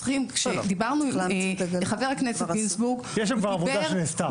כשדיברנו עם חבר הכנסת גינזבורג --- יש להם כבר עבודה שנעשתה.